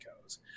goes